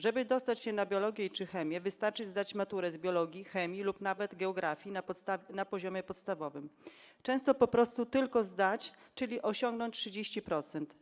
Żeby dostać się na biologię czy chemię, wystarczy zdać maturę z biologii, chemii lub nawet geografii na poziomie podstawowym, a często po prostu zdać, czyli osiągnąć 30%.